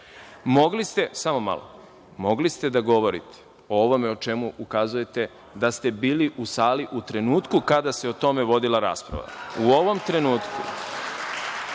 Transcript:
poslaničke grupe. Mogli ste da govorite o ovome o čemu ukazujete da ste bili u sali u trenutku kada se o tome vodila rasprava.U ovom trenutku,